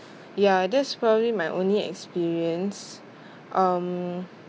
ya that's probably my only experience um